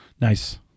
Nice